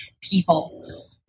People